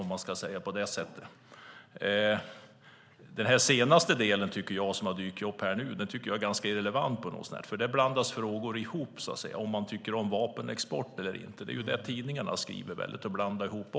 Det som har dykt upp nu senast tycker jag är ganska irrelevant, för där blandas frågor ihop. Om man tycker om vapenexport eller inte är det tidningarna skriver om och blandar ihop.